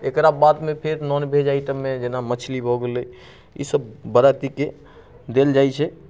एकरा बादमे फेर नॉन वेज आइटममे जेना मछली भऽ गेलै ई सब बरातीके देल जाइत छै